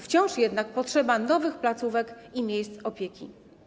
Wciąż jednak potrzeba nowych placówek i miejsc opieki.